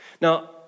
Now